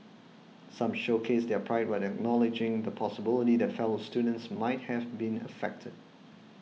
some showcased their pride while acknowledging the possibility that fellow students might have been affected